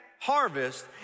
harvest